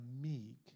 meek